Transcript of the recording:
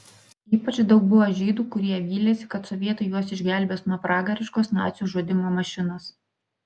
ypač daug buvo žydų kurie vylėsi kad sovietai juos išgelbės nuo pragariškos nacių žudymo mašinos